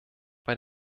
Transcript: bei